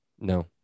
No